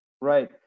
right